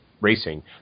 Racing